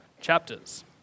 chapters